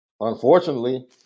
Unfortunately